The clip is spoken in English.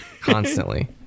Constantly